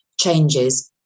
changes